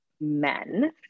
men